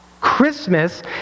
Christmas